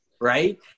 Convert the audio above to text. Right